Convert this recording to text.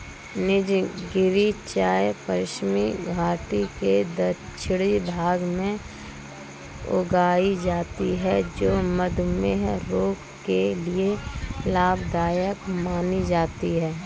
नीलगिरी चाय पश्चिमी घाटी के दक्षिणी भाग में उगाई जाती है जो मधुमेह रोग के लिए लाभदायक मानी जाती है